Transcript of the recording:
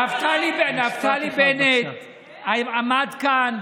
הוא, נפתלי בנט עמד כאן,